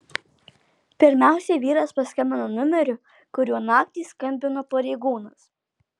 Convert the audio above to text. pirmiausia vyras paskambino numeriu kuriuo naktį skambino pareigūnas